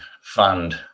fund